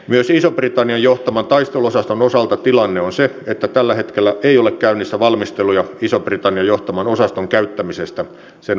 myös ison britannian johtaman taisteluosaston osalta tilanne on se että tällä hetkellä ei ole käynnissä valmisteluja ison britannian johtaman osaston käyttämisestä sen valmiusvuoron aikana